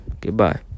Goodbye